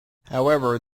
however